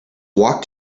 walk